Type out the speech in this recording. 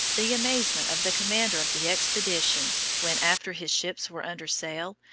the amazement of the commander of the expedition when, after his ships were under sail,